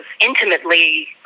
intimately